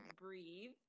breathe